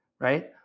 right